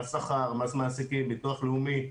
מהשכר, מס מעסיקים, ביטוח לאומי,